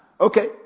Okay